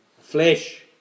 Flesh